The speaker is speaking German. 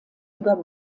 über